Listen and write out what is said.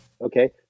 Okay